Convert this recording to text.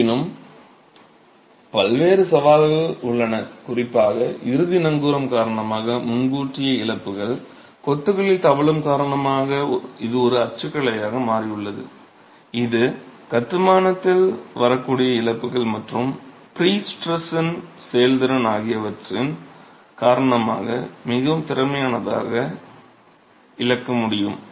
இருப்பினும் பல்வேறு சவால்கள் உள்ளன குறிப்பாக இறுதி நங்கூரம் காரணமாக முன்கூட்டிய இழப்புகள் கொத்துகளில் தவழும் காரணமாக இது ஒரு அச்சுக்கலையாக மாறியுள்ளது இது கட்டுமானத்தில் வரக்கூடிய இழப்புகள் மற்றும் ப்ரீ ஸ்ட்ரெஸின் செயல்திறன் ஆகியவற்றின் காரணமாக மிகவும் திறமையானதாக இழக்க முடியும்